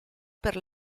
per